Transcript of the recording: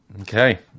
Okay